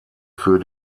für